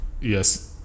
Yes